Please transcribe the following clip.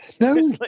No